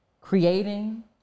creating